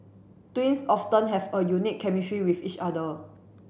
twins often have a unique chemistry with each other